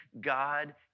God